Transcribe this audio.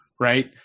Right